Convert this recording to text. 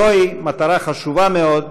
זוהי מטרה חשובה מאוד,